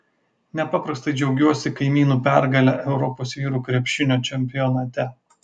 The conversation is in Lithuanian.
nepaprastai džiaugiuosi kaimynų pergale europos vyrų krepšinio čempionate